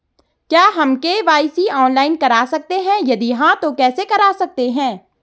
क्या हम KYC online करा सकते हैं यदि हाँ तो कैसे करा सकते हैं?